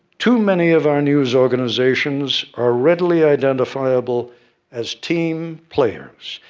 too many of our news organizations are readily identifiable as team players,